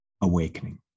AWAKENING